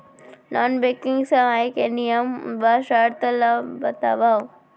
non banking सेवाओं के नियम एवं शर्त मन ला बतावव